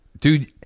Dude